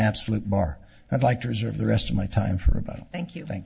absolute bar and i'd like to reserve the rest of my time for about thank you thank